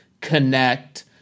connect